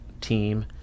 team